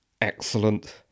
excellent